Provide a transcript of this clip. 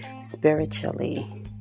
spiritually